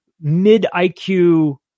mid-IQ